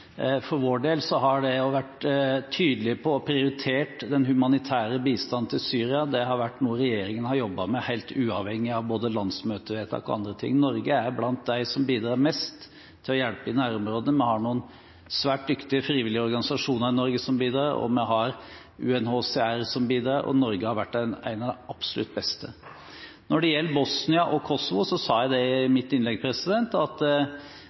for vår del har det å være tydelig på å prioritere den humanitære bistanden til Syria vært noe regjeringen har jobbet med helt uavhengig av både landsmøtevedtak og andre ting. Norge er blant dem som bidrar mest når det gjelder å hjelpe i nærområdene. Vi har noen svært dyktige frivillige organisasjoner i Norge som bidrar, og vi har UNHCR som bidrar, og Norge har vært en av de absolutt beste. Når det gjelder Bosnia og Kosovo, sa jeg i mitt innlegg at